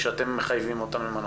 כשאתם מחייבים אותם למנות?